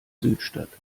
südstadt